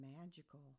Magical